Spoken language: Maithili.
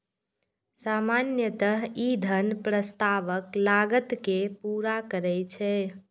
सामान्यतः ई धन प्रस्तावक लागत कें पूरा करै छै